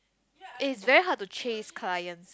it's very hard to chase clients